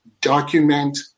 document